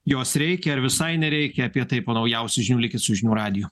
jos reikia ar visai nereikia apie tai po naujausių žinių likit su žinių radiju